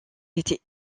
était